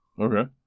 okay